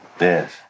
Yes